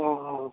অঁ অঁ